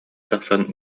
тахсан